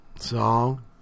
song